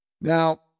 now